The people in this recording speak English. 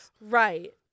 Right